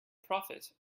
prophet